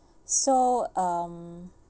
so um